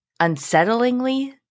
unsettlingly